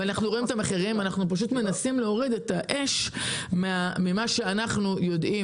אנחנו פשוט מנסים להוריד את האש ממה שאנחנו יודעים